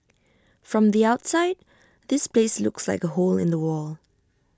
from the outside this place looks like A hole in the wall